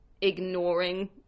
ignoring